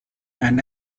and